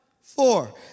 Four